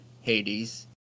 hades